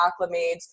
acclimates